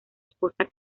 esposa